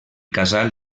casal